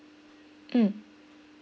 mm